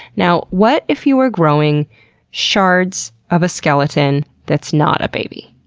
now what if you are growing shards of a skeleton that's not a baby?